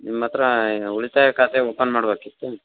ನಿಮ್ಮತ್ತಿರ ಉಳಿತಾಯ ಖಾತೆ ಓಪನ್ ಮಾಡಬೇಕಿತ್ತು